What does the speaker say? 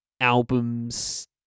albums